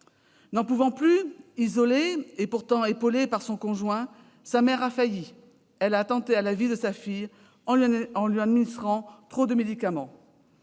N'en pouvant plus, isolée bien qu'épaulée par son conjoint, sa mère a failli. Elle a attenté à la vie de sa fille en lui administrant trop de médicaments.